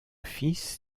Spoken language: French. fils